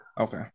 Okay